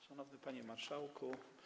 Szanowny Panie Marszałku!